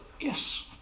Yes